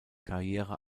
karriere